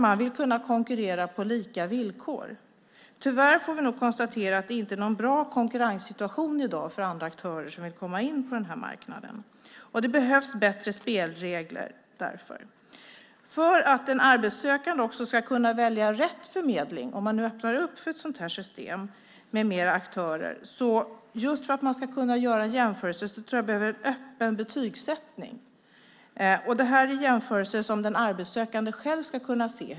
Man vill kunna konkurrera på lika villkor. Tyvärr får vi nog konstatera att det inte är någon bra konkurrenssituation i dag för andra aktörer som vill komma in på den här marknaden. Det behövs därför bättre spelregler. För att den arbetssökande ska kunna välja rätt förmedling - om man nu öppnar för ett system med fler aktörer - och göra jämförelser behövs en öppen betygssättning. Det är jämförelser som den arbetssökande själv ska kunna se.